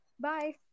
Bye